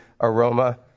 aroma